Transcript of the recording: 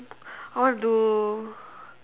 I want to do